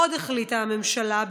עוד החליטה הממשלה,